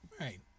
right